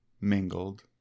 mingled